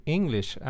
English